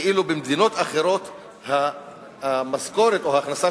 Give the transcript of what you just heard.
ואילו במדינות אחרות המשכורת או ההכנסה